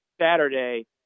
Saturday